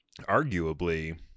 arguably